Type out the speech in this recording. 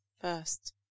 first